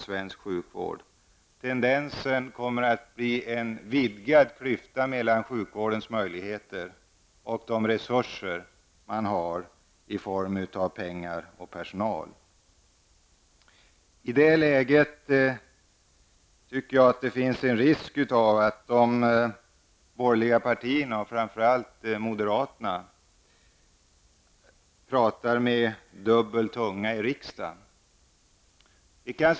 Tendensen är att det kommer att bli en vidgad klyfta mellan sjukvårdens möjligheter och de resurser man har i form av pengar och personal. I det läget tycker jag att det ligger en risk i att de borgerliga partierna, framför allt moderaterna, pratar med dubbel tunga i riksdagen.